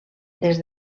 des